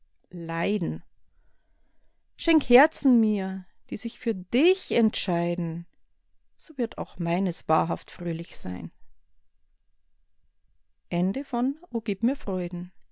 fremden leiden schenk herzen mir die sich für dich entscheiden so wird auch meines wahrhaft fröhlich sein o